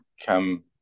come